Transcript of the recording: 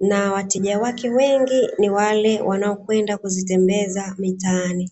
na wateja wake wengi ni wale wanaokwenda kuzitembeza mitaani.